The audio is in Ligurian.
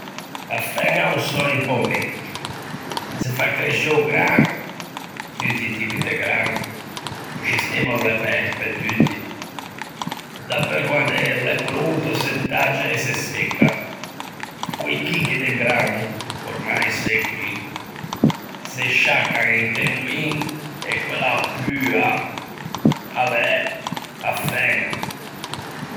A fæña ô sò un pö megio, se fa cresce o gran, tutti i tipi de gran, o scistema o l'é pægio pe tutti, dapeu quande o l'é pronto se taggia e se secca; co-i chicchi de gran, ormai secchi, se sciaccan inte un moin, e quella "pua" a l'é a fæña.